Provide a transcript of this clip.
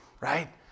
right